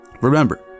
remember